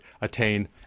attain